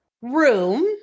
Room